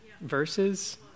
verses